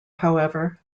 however